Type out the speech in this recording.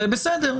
זה בסדר.